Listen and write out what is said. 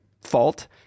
fault